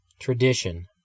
tradition